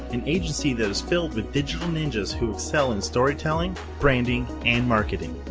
an agency that is filled with digital ninjas who excel in story telling, branding, and marketing.